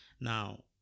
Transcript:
now